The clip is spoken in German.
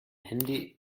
handy